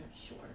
Sure